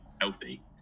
healthy